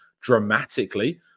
dramatically